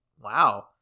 Wow